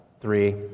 three